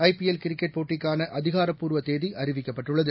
IPL cricket போட்டிக்கான அதிகாரப்பூர்வ தேதி அறிவிக்கப்பட்டுள்ளது